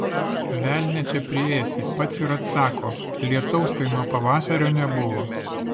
velnią čia priėsi pats ir atsako lietaus tai nuo pavasario nebuvo